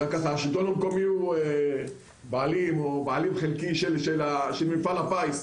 השלטון המקומי הוא בעלים חלקי של מפעל הפיס,